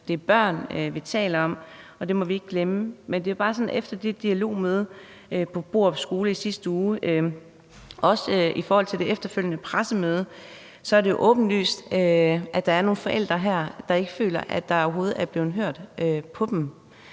Det er børn, vi taler om, og det må vi ikke glemme. Men efter det dialogmøde på Borup Skole i sidste uge, også i forhold til det efterfølgende pressemøde, er det jo åbenlyst, at der er nogle forældre her, der ikke føler, at der overhovedet er blevet lyttet til dem.